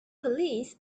police